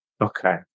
Okay